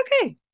okay